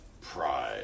pride